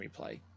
replay